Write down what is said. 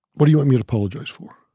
what do you want me to apologize for?